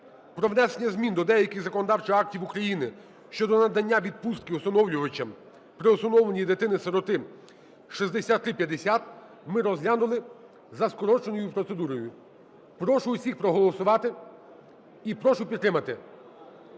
про внесення змін до деяких законодавчих актів України щодо надання відпустки усиновлювачам при усиновленні дитини-сироти (6350), ми розглянули за скороченою процедурою. Прошу всіх проголосувати і прошу підтримати.